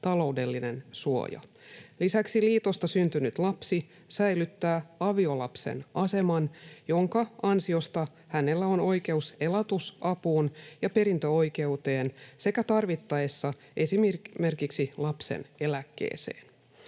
taloudellinen suoja. Lisäksi liitosta syntynyt lapsi säilyttää aviolapsen aseman, jonka ansiosta hänellä on oikeus elatusapuun ja perintöoikeuteen sekä tarvittaessa esimerkiksi lapsen eläkkeeseen.